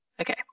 Okay